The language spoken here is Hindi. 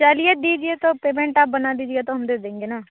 चलिए दीजिए तो पेमेंट आप बना दीजिए तो हम दे देंगे ना